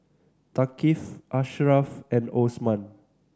Thaqif Ashraff and Osman